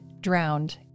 drowned